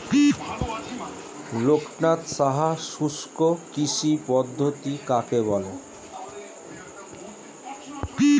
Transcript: লোকনাথ সাহা শুষ্ককৃষি পদ্ধতি কাকে বলে?